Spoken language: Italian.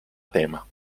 tema